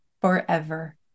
forever